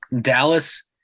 Dallas